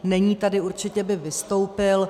Není tady, určitě by vystoupil.